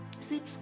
See